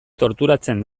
torturatzen